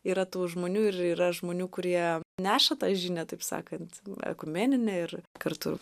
yra tų žmonių ir yra žmonių kurie neša tą žinią taip sakant ekumeninę ir kartu